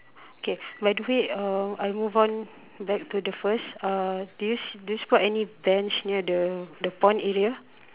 okay by the way um I move on back to the first uh do you see do you spot any bench near the the pond area